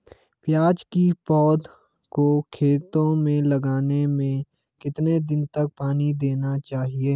प्याज़ की पौध को खेतों में लगाने में कितने दिन तक पानी देना चाहिए?